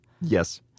Yes